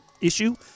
issue